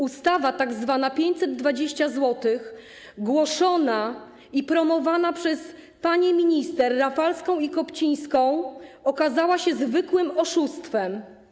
Ustawa tzw. 520 zł, głoszona i promowana przez panie minister Rafalską i Kopcińską, okazała się zwykłym oszustwem.